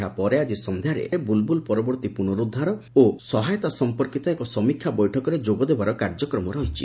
ଏହାପରେ ଆକି ସନ୍ଧ୍ୟାରେ ବୁଲ୍ବୁଲ୍ ପରବର୍ତ୍ତୀ ପୁନରୁଦ୍ଧାର ଓ ସହାୟତା ସମ୍ମର୍କୀତ ଏକ ସମୀକ୍ଷା ବୈଠକରେ ଯୋଗଦେବାର କାର୍ଯ୍ୟକ୍ରମ ରହିଛି